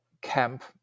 camp